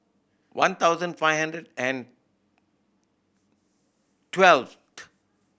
one thousand five hundred and twelve